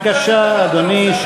בבקשה, אדוני.